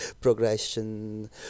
progression